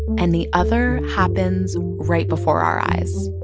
and the other happens right before our eyes.